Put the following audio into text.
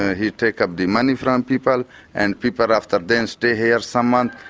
he take up the money from um people and people after then stay here some months.